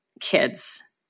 kids